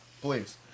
please